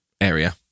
area